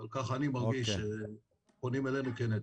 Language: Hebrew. אבל ככה אני מרגיש שפונים אלינו כנטל,